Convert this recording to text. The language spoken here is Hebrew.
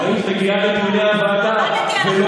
עבדתי על החוק הזה קצת יותר